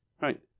right